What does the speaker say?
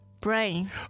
brain